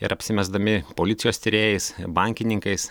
ir apsimesdami policijos tyrėjais bankininkais